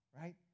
right